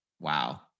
wow